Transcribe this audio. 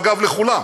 אגב, לכולם.